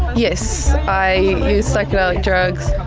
yes, i use psychedelic drugs,